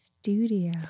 studio